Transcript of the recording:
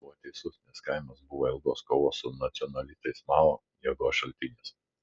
jis buvo teisus nes kaimas buvo ilgos kovos su nacionalistais mao jėgos šaltinis